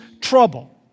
trouble